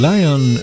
Lion